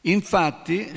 Infatti